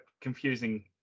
confusing